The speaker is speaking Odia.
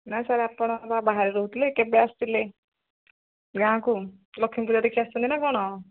ନାଇ ସାର୍ ଆପଣ ବା ବାହାରେ ରହୁଥିଲେ କେବେ ଆସିଥିଲେ ଗାଁକୁ ଲକ୍ଷ୍ମୀ ପୂଜା ଦେଖି ଆସିଥିଲେ ନା କ'ଣ